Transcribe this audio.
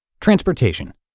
Transportation